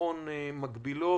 וביטחון מקבילות,